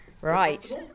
Right